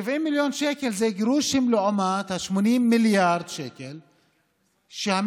70 מיליון שקלים זה גרושים לעומת 80 מיליארד השקלים שהמדינה,